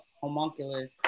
homunculus